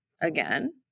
again